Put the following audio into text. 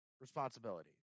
responsibility